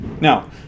Now